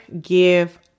give